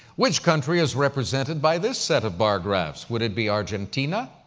which country is represented by this set of bar graphs? would it be argentina,